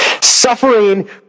Suffering